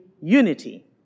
unity